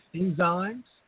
enzymes